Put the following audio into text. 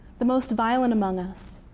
the most violent among us,